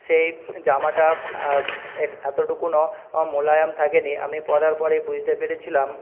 সেই জামাটা এতটুকুও মোলায়েম থাকে নি আমি পরার পরে বুঝতে পেরেছিলাম